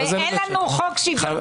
ואין לנו חוק שוויון זכויות.